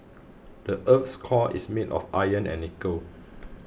the earth's core is made of iron and nickel